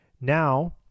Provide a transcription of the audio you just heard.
Now